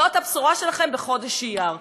זאת הבשורה שלכם בחודש אייר.